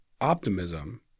Optimism